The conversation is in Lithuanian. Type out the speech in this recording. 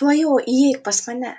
tuojau įeik pas mane